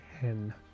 ten